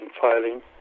filing